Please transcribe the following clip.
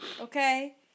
okay